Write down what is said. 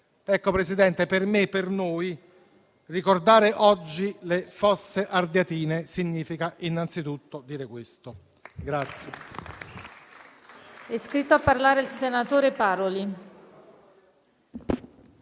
Signor Presidente, per me, per noi, ricordare oggi le Fosse Ardeatine significa innanzitutto dire questo.